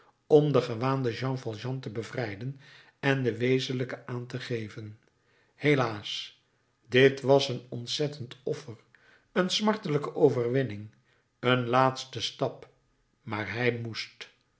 om den gewaanden jean valjean te bevrijden en den wezenlijken aan te geven helaas dit was een ontzettend offer een smartelijke overwinning een laatste stap maar hij moest